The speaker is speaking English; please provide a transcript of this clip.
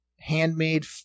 handmade